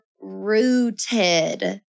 rooted